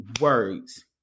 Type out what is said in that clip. words